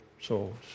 souls